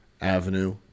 avenue